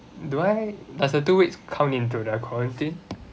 do I does a two weeks come into the quarantine